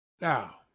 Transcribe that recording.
Now